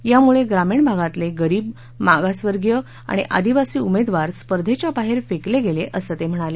यामुळे ग्रामीण भागातले गरीब मागासवर्गीय आणि आदिवासी उमेदवार स्पर्धेच्या बाहेर फेकले गेले असं ते म्हणाले